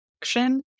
action